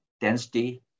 density